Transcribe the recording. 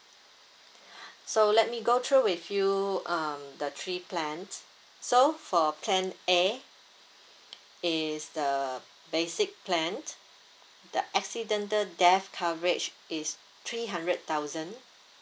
so let me go through with you um the three plans so for plan A is the basic plan the accidental death coverage is three hundred thousand